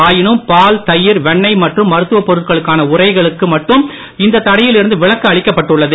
ஆயினும் பால் தயிர் வெண்ணெய் மற்றும் மருத்துவ பொருட்களுக்கான உறைகளுக்கு மட்டும் இந்த தடையில் இருந்து விலக்கு அளிக்கப்பட்டுள்ளது